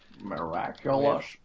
Miraculous